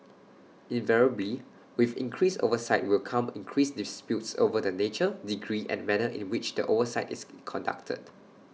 invariably with increased oversight will come increased disputes over the nature degree and manner in which the oversight is conducted